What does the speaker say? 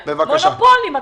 מונופולים.